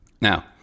Now